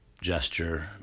gesture